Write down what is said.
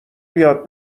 بیاد